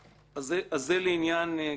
זה לעניין גביית הכספים,